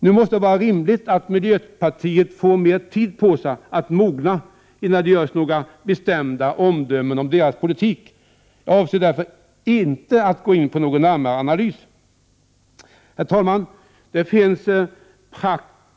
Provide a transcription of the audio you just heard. Nu måste det vara rimligt att miljöpartiet får mer tid på sig att mogna innan det görs några bestämda omdömen om dess politik. Jag avstår därför ifrån en närmare analys av denna. 17 Herr talman!